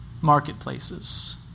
marketplaces